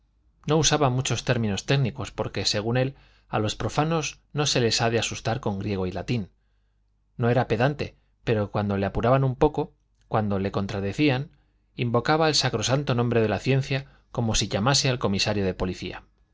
no usaba muchos términos técnicos porque según él a los profanos no se les ha de asustar con griego y latín no era pedante pero cuando le apuraban un poco cuando le contradecían invocaba el sacrosanto nombre de la ciencia como si llamase al comisario de policía